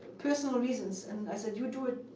personal reasons. and i said, you do it,